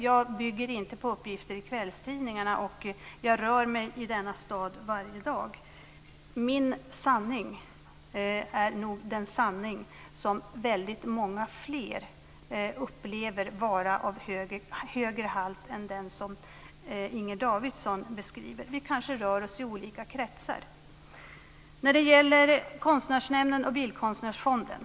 Jag bygger inte på uppgifter i kvällstidningarna. Jag rör mig i denna stad varje dag. Väldigt många upplever nog att min sanning är av högre halt än den sanning som Inger Davidson beskriver. Vi kanske rör oss i olika kretsar. Sedan ska jag ta upp Konstnärsnämnden och Bildkonstnärsfonden.